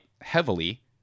heavily